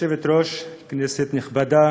כבוד היושבת-ראש, כנסת נכבדה,